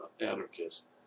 anarchist